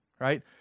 right